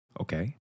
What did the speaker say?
okay